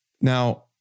Now